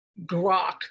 grok